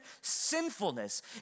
sinfulness